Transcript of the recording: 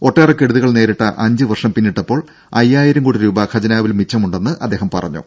ഒട്ടേറെ കെടുതികൾ നേരിട്ട അഞ്ചു വർഷം പിന്നിട്ടപ്പോൾ അയ്യായിരം കോടി രൂപ ഖജനാവിൽ മിച്ചമുണ്ടെന്ന് അദ്ദേഹം പറഞ്ഞു